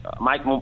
Mike